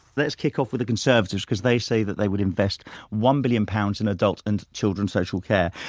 let's kick off with the conservatives because they say that they would invest one billion pounds in adult and children's social care.